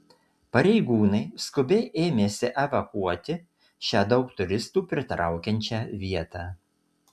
pareigūnai skubiai ėmėsi evakuoti šią daug turistų pritraukiančią vietą